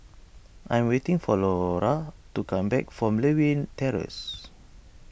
I'm waiting for Lora to come back from Lewin Terrace